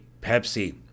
Pepsi